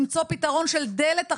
מהיום והלאה צריך למצוא פתרון של דלת אחת.